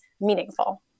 meaningful